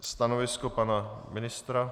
Stanovisko pana ministra?